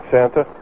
Santa